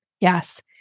Yes